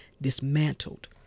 dismantled